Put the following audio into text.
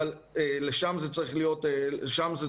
אבל שם צריך להיות הכיוון.